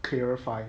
clarify